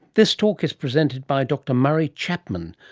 this talk is presented by dr murray chapman,